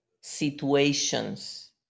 situations